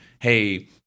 hey